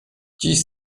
dziś